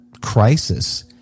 crisis